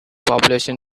population